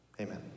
amen